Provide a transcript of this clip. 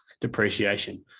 depreciation